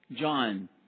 John